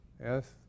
Yes